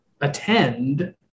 attend